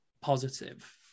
positive